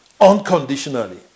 unconditionally